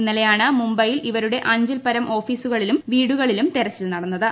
ഇന്നലെയാണ് മുംബൈയിൽ ഇവരുടെ അഞ്ചിൽപ്പരം ഓഫീസുകളിലും വീടുകളിലും തെരച്ചിൽ നടന്നത്